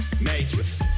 matrix